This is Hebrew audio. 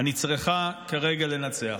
אני צריכה כרגע לנצח".